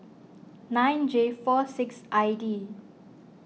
nine J four six I D